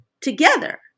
together